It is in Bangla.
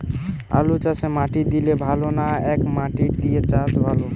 আলুচাষে মাটি দিলে ভালো না একমাটি দিয়ে চাষ ভালো?